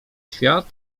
świat